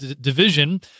division